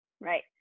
right